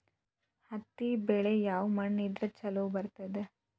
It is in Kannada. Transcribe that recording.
ಹತ್ತಿ ಬೆಳಿ ಯಾವ ಮಣ್ಣ ಇದ್ರ ಛಲೋ ಬರ್ತದ?